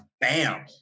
bam